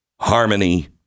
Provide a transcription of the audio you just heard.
Harmony